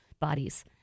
bodies